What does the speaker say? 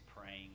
praying